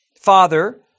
Father